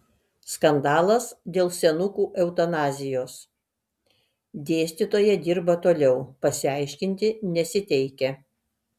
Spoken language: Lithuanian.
skandalas dėl senukų eutanazijos dėstytoja dirba toliau pasiaiškinti nesiteikia